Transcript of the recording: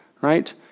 right